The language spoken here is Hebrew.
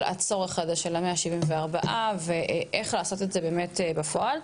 הצורך הזה של ה-174 ואיך לעשות את זה באמת בפועל.